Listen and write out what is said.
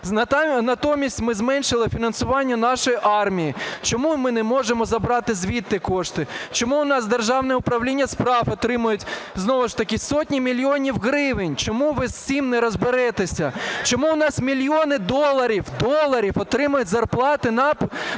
Натомість ми зменшили фінансування нашої армії. Чому ми не можемо забрати звідти кошти? Чому у нас Державне управління справ отримують знову ж таки сотні мільйонів гривень? Чому ви з цим не розберетеся? Чому у нас мільйони доларів отримують зарплати